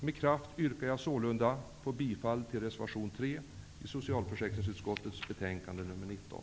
Med kraft yrkar jag sålunda bifall till reservation 3 vid socialförsäkringsutskottets betänkande nr 19.